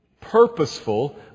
purposeful